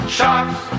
sharks